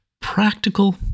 practical